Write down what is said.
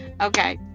Okay